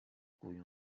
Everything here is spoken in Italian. cui